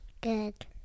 good